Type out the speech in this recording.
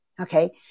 Okay